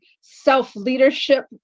self-leadership